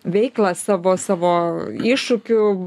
veiklą savo savo iššūkių